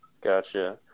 Gotcha